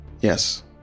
Yes